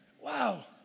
Wow